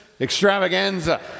extravaganza